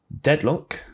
Deadlock